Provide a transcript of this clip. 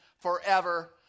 forever